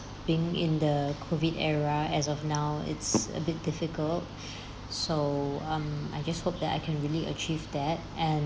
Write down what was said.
being in the COVID era as of now it's a bit difficult so um I just hope that I can really achieve that and